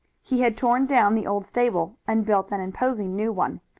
he had torn down the old stable and built an imposing new one.